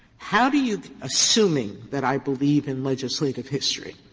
how do you assuming that i believe in legislative history,